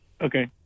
okay